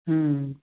हम्म